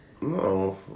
no